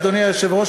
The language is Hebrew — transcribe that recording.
אדוני היושב-ראש,